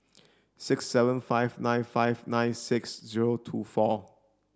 six seven five nine five nine six zero two four